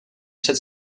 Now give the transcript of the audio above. před